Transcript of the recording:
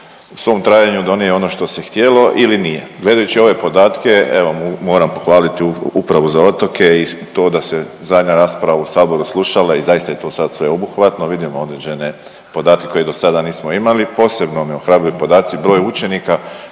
u svom trajanju donio ono što se htjelo ili nije. Gledajući ove podatke, evo moram pohvaliti Upravu za otoke i to da se zadnja rasprava u saboru slušala i zaista je to sad sveobuhvatno, vidimo određene podatke koje dosada nismo imali, posebno me ohrabruju podaci broj učenika